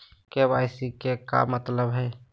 KYC के का मतलब हई?